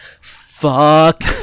Fuck